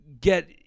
get